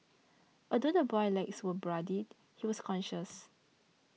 although the boy's legs were bloodied he was conscious